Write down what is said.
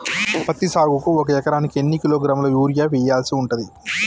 పత్తి సాగుకు ఒక ఎకరానికి ఎన్ని కిలోగ్రాముల యూరియా వెయ్యాల్సి ఉంటది?